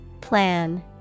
Plan